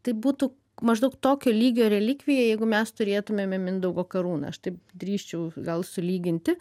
tai būtų maždaug tokio lygio relikvija jeigu mes turėtumėme mindaugo karūną aš taip drįsčiau gal sulyginti